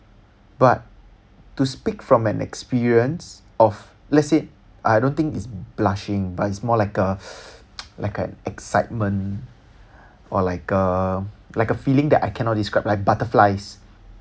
but to speak from an experience of let's says I don't think it's blushing but it's more like a like a excitement or like a like a feeling that I cannot describe like butterflies